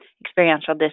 experiential